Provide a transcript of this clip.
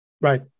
Right